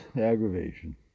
Aggravation